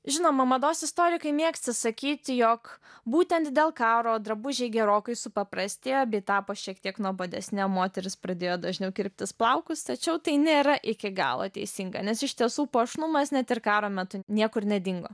žinoma mados istorikai mėgsta sakyti jog būtent dėl karo drabužiai gerokai supaprastėjo bei tapo šiek tiek nuobodesni o moterys pradėjo dažniau kirptis plaukus tačiau tai nėra iki galo teisinga nes iš tiesų puošnumas net ir karo metu niekur nedingo